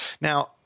Now